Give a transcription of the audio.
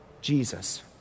Jesus